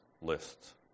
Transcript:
lists